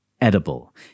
edible